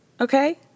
okay